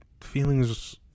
feelings